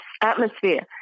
atmosphere